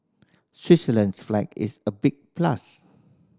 Switzerland's flag is a big plus